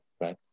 right